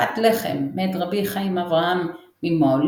פת לחם - מאת רבי חיים אברהם ממאהליב,